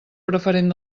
preferent